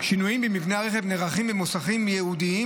שינויים במבנה הרכב נערכים במוסכים ייעודיים,